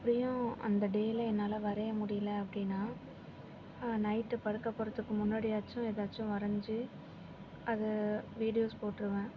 அப்படியும் அந்த டேவில என்னால் வரைய முடியல அப்படினா நைட்டு படுக்க போகறதுக்கு முன்னடியாச்சும் எதாச்சும் வரைஞ்சு அதை வீடியோஸ் போட்டுருவன்